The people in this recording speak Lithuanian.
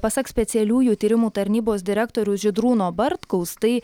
pasak specialiųjų tyrimų tarnybos direktoriaus žydrūno bartkaus tai